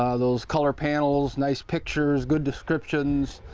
um those color panels, nice pictures, good descriptions,